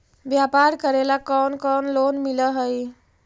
व्यापार करेला कौन कौन लोन मिल हइ?